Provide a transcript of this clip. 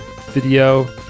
video